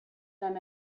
them